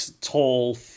tall